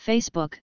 Facebook